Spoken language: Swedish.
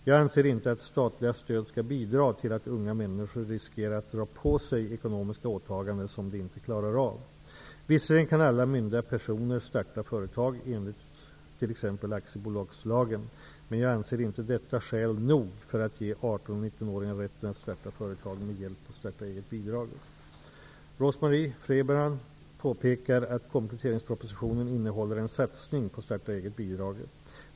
Jag anser inte att statliga stöd skall bidra till att unga människor riskerar att dra på sig ekonomiska åtaganden som de inte klarar av. Visserligen kan alla myndiga personer starta företag enligt t.ex. aktiebolagslagen, men jag anser inte detta skäl nog för att ge 18 och 19-åringar rätten att starta företag med hjälp av starta-eget-bidraget. Rose-Marie Frebran påpekar att kompletteringspropositionen innehåller en satsning på starta-eget-bidraget.